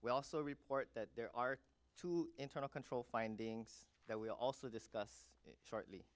we also report that there are two internal control findings that we also discuss shortly